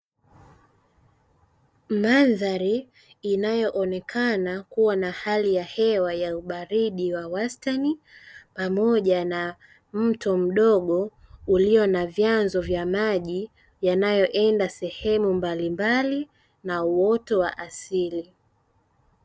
Mandhari inayoonekana kuwa na hali ya hewa ya ubaridi wa wastani, pamoja na mto mdogo ulio na vyanzo vya maji yanayoenda sehemu mbalimbali, na uoto wa asili.